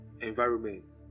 environment